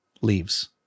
leaves